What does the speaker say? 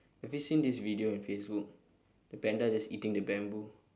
have you seen this video on facebook the panda just eating the bamboo